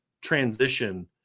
transition